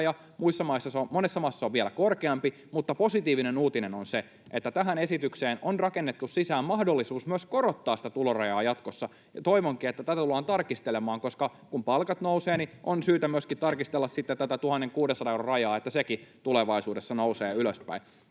raja, monessa maassa se on vielä korkeampi, mutta positiivinen uutinen on se, että tähän esitykseen on rakennettu sisään mahdollisuus myös korottaa sitä tulorajaa jatkossa, ja toivonkin, että tätä tullaan tarkistelemaan, koska kun palkat nousevat, niin on syytä myöskin tarkistella sitten tätä 1 600 euron rajaa, että sekin tulevaisuudessa nousee ylöspäin.